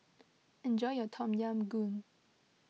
enjoy your Tom Yam Goong